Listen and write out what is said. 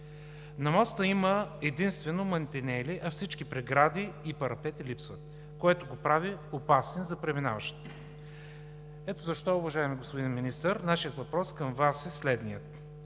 На моста има единствено мантинели, а всички прегради и парапети липсват, което го прави опасен за преминаващите. Ето защо, уважаеми господин Министър, нашите въпроси към Вас са следните: